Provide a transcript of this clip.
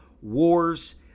wars